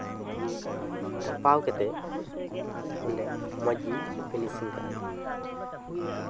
ᱫᱷᱟᱯᱟᱣ ᱠᱟᱛᱮ ᱚᱸᱰᱮ ᱢᱚᱡᱽ ᱜᱮ ᱯᱷᱤᱱᱤᱥᱤᱝ ᱠᱟᱜ ᱦᱩᱭᱩᱜᱼᱟ